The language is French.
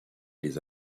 les